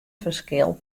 ferskil